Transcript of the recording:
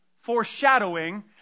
foreshadowing